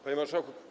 Panie Marszałku!